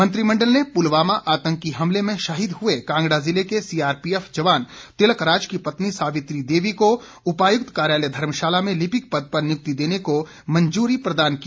मंत्रिमंडल ने पुलवामा आतंकी हमले में शहीद हुए कांगड़ा जिले के सीआरपीएफ जवान तिलकराज की पत्नी सावित्री देवी को उपायुक्त कार्यालय धर्मशाला में लिपिक पद पर नियुक्ति देने को मंजूरी प्रदान की